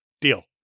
Deal